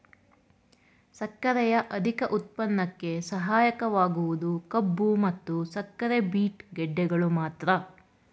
ಸಕ್ಕರೆಯ ಅಧಿಕ ಉತ್ಪನ್ನಕ್ಕೆ ಸಹಾಯಕವಾಗುವುದು ಕಬ್ಬು ಮತ್ತು ಸಕ್ಕರೆ ಬೀಟ್ ಗೆಡ್ಡೆಗಳು ಮಾತ್ರ